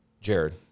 Jared